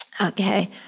okay